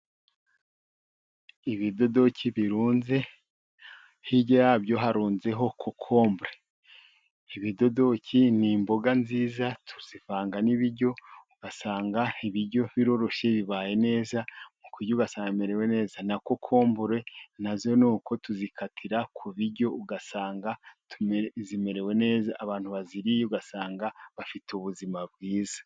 Ibidodoki birunze, hirya yabyo harunzeho kocombure. Ibidodoki ni imboga nziza tuzivanga n'ibiryo ugasanga ibiryo biroroshye bibaye neza mu kurya ugasanga umerewe neza, na kokombure nazo nuko tuzikatira ku biryo ugasanga zimerewe neza, abantu baziriye usanga bafite ubuzima bwiza.